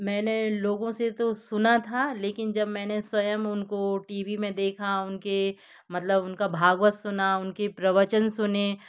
मैंने लोगों से तो सुना था लेकिन जब मैंने स्वयं उनको टी वी में देखा उनके मतलब उनका भागवत सुना उनके प्रवचन सुने